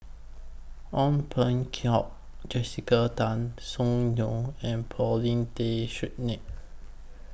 Ong Peng Keo Jessica Tan Soon Neo and Paulin Tay Straughan